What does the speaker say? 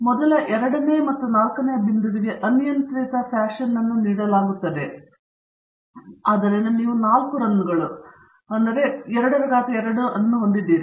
ಮೊದಲ ಎರಡನೇ ಮತ್ತು ನಾಲ್ಕನೆಯ ಬಿಂದುವಿಗೆ ಅನಿಯಂತ್ರಿತ ಫ್ಯಾಶನ್ ಅನ್ನು ನೀಡಲಾಗುತ್ತದೆ ಆದ್ದರಿಂದ ನೀವು 4 ರನ್ಗಳು 2 ಪವರ್ 2 ಅನ್ನು ಹೊಂದಿದ್ದೀರಿ